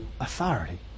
authority